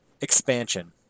expansion